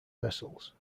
vessels